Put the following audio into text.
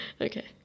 Okay